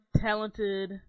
talented